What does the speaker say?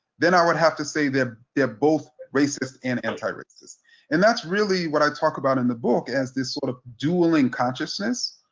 then i would have to say that they're both racist and anti-racist. and that's really what i talk about in the book as this sort of dueling consciousness,